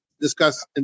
discuss